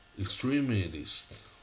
extremists